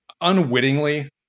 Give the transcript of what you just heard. unwittingly